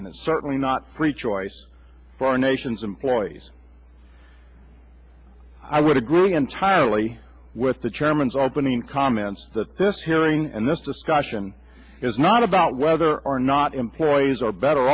and is certainly not free choice for our nation's employees i would agree entirely with the chairman's opening comments that this hearing and this discussion is not about whether or not employees are better